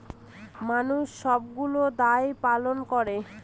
মানুষ সবগুলো দায় পালন করে